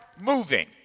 moving